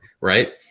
right